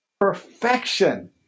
Perfection